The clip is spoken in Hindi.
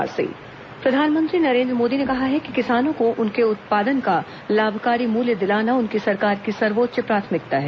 प्रधानमंत्री किसान रैली प्रधानमंत्री नरेन्द्र मोदी ने कहा है कि किसानों को उनके उत्पादन का लाभकारी मूल्य दिलाना उनकी सरकार की सर्वोच्च प्राथमिकता है